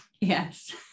yes